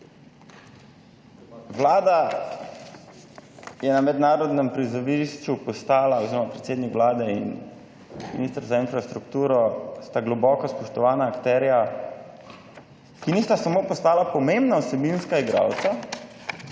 Vlada je na mednarodnem prizorišču postala oziroma predsednik vlade in minister za infrastrukturo sta globoko spoštovana akterja, ki nista samo postala pomembna vsebinska igralca,